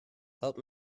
help